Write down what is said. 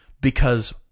because-